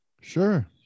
Sure